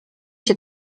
się